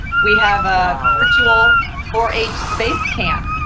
we have a virtual four h space camp.